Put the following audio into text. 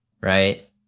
right